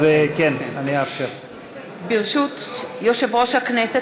ברשות יושב-ראש הכנסת,